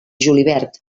julivert